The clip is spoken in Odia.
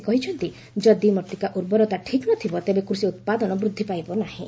ସେ କହିଛନ୍ତି ଯଦି ମୃତ୍ତିକା ସ୍ପାସ୍ଥ୍ୟ ଠିକ୍ ନଥିବ ତେବେ କୃଷି ଉତ୍ପାଦନ ବୃଦ୍ଧି ପାଇବ ନାହିଁ